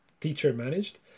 teacher-managed